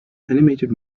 animated